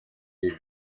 ibi